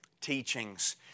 teachings